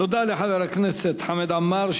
תודה לחבר הכנסת חמד עמאר,